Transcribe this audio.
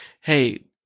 hey